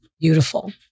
beautiful